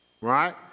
right